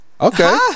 Okay